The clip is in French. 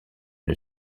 une